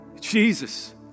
Jesus